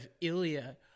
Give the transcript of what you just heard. Ilya